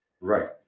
Right